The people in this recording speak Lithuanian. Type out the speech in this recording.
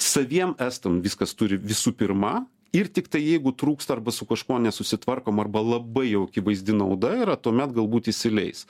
saviem estam viskas turi visų pirma ir tiktai jeigu trūksta arba su kažkuo nesusitvarkom arba labai jau akivaizdi nauda yra tuomet galbūt įsileis